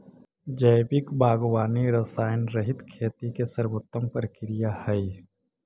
जैविक बागवानी रसायनरहित खेती के सर्वोत्तम प्रक्रिया हइ